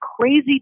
crazy